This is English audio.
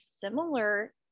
similar